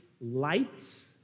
lights